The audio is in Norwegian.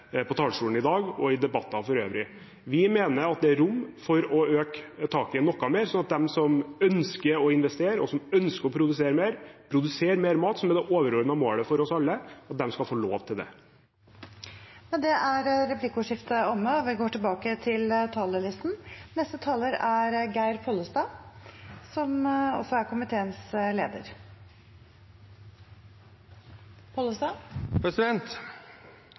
på talerstolen i dag og i debattene for øvrig. Vi mener det er rom for å øke taket noe mer, sånn at de som ønsker å investere og produsere mer – produserer mer mat, noe som er det overordnede målet for oss alle – skal få lov til det. Replikkordskiftet er omme. Representanten frå Høgre omtalte dette som ein litt trist dag. Eg tenkjer det kanskje òg er